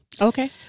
Okay